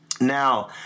now